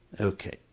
Okay